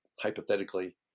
hypothetically